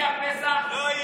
תזכור, יגיע פסח, לא יהיה.